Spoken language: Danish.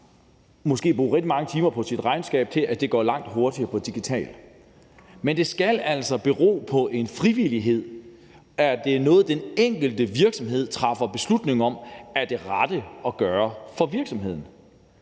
måske at bruge rigtig mange timer på sit regnskab til at gøre det langt hurtigere på det digitale. Men det skal bero på en frivillighed, altså være noget, den enkelte virksomhed træffer beslutning om er det rette at gøre for virksomheden.